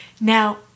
Now